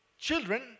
children